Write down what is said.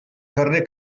carrer